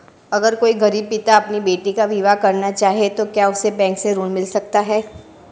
अगर कोई गरीब पिता अपनी बेटी का विवाह करना चाहे तो क्या उसे बैंक से ऋण मिल सकता है?